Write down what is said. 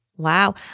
Wow